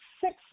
six